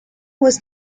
was